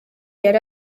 yari